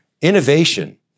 innovation